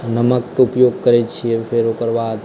नमक के उपयोग करै छियै फेर ओकरबाद